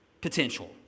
potential